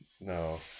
No